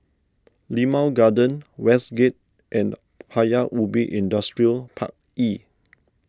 Limau Garden Westgate and Paya Ubi Industrial Park E